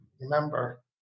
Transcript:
Remember